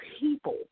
people